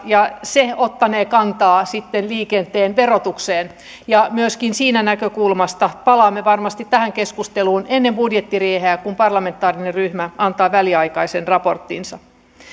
ja se ottanee kantaa sitten liikenteen verotukseen myöskin siitä näkökulmasta palaamme varmasti tähän keskusteluun ennen budjettiriihtä kun parlamentaarinen ryhmä antaa väliaikaraporttinsa